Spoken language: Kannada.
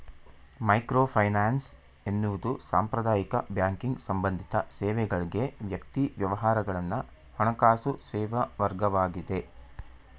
ಮೈಕ್ರೋಫೈನಾನ್ಸ್ ಎನ್ನುವುದು ಸಾಂಪ್ರದಾಯಿಕ ಬ್ಯಾಂಕಿಂಗ್ ಸಂಬಂಧಿತ ಸೇವೆಗಳ್ಗೆ ವ್ಯಕ್ತಿ ವ್ಯವಹಾರಗಳನ್ನ ಹಣಕಾಸು ಸೇವೆವರ್ಗವಾಗಿದೆ